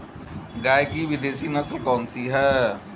गाय की विदेशी नस्ल कौन सी है?